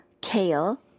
kale